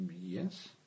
Yes